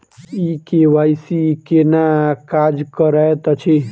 ई KYC केना काज करैत अछि?